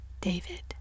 David